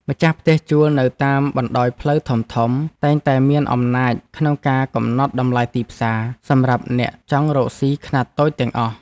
ម្ចាស់ផ្ទះជួលនៅតាមបណ្តោយផ្លូវធំៗតែងតែមានអំណាចក្នុងការកំណត់តម្លៃទីផ្សារសម្រាប់អ្នកចង់រកស៊ីខ្នាតតូចទាំងអស់។